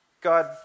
God